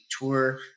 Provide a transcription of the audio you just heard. Tour